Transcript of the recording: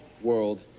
world